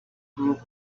group